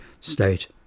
State